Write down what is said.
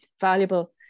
valuable